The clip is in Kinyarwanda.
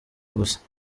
gusa